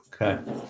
Okay